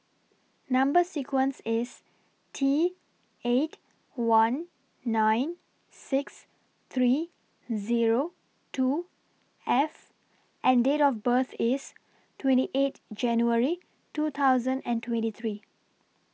Number sequence IS T eight one nine six three Zero two F and Date of birth IS twenty eight January two thousand and twenty three